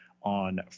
on